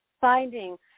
finding